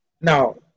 Now